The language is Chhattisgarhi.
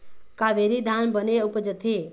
कावेरी धान बने उपजथे?